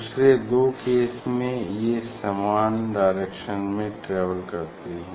दूसरे दो केस में ये समान डायरेक्शन में ट्रेवल करती हैं